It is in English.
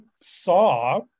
saw